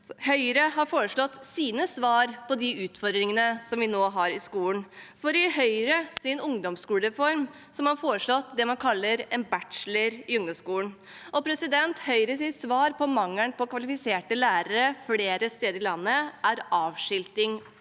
Høyre har sine svar på de utfordringene vi nå har i skolen, for i Høyres ungdomsskolereform er det foreslått det man kaller en «bacheloroppgave» i ungdomsskolen. Høyres svar på mangelen på kvalifiserte lærere flere steder i landet er avskilting